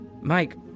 Mike